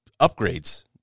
upgrades